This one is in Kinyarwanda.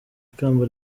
ikamba